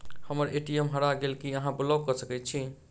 हम्मर ए.टी.एम हरा गेल की अहाँ ब्लॉक कऽ सकैत छी?